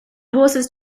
horses